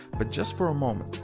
but just for a moment,